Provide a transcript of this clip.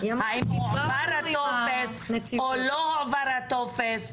האם הועבר הטופס או לא הועבר הטופס,